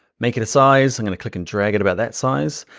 make it a size. i'm gonna click and drag it about that size.